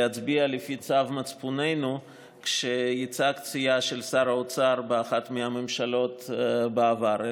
להצביע לפי צו מצפוננו כשייצגת סיעה של שר האוצר באחת מהממשלות בעבר,